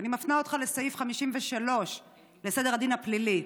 אני מפנה אותך לסעיף 59 לסדר הדין הפלילי: